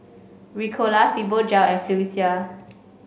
Ricola Fibogel and Floxia